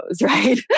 right